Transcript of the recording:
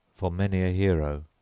for many a hero,